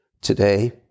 today